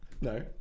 No